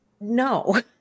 no